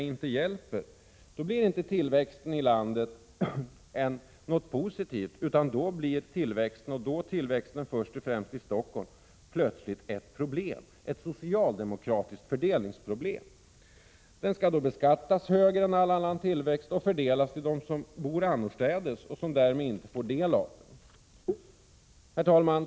inte hjälper, då blir inte tillväxten i landet något positivt, utan då blir tillväxten, först och främst i Stockholm, plötsligt ett problem, ett socialdemokratiskt fördelningsproblem. Den skall beskattas högre än annan tillväxt och fördelas till dem som bor annorstädes och därmed inte får del av den. Herr talman!